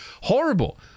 horrible